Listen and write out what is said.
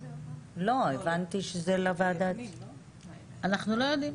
אנחנו לא יודעים.